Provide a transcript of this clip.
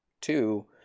Two